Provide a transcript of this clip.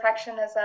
perfectionism